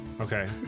Okay